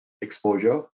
exposure